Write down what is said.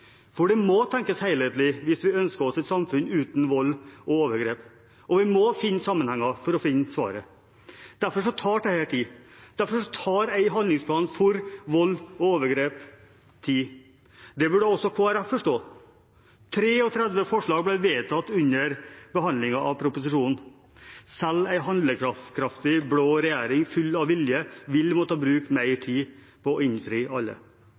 For det må tenkes helhetlig hvis vi ønsker oss et samfunn uten vold og overgrep, og vi må finne sammenhenger for å finne svaret. Derfor tar dette tid. Derfor tar en handlingsplan mot vold og overgrep tid. Det burde også Kristelig Folkeparti forstå. 33 forslag ble vedtatt under behandlingen av proposisjonen. Selv en handlekraftig blå regjering full av vilje vil måtte bruke mer tid på å innfri alle.